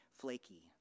flaky